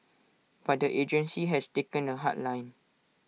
but the agency has taken A hard line